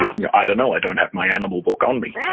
you know i don't know. i don't have my animal book on me.